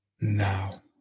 now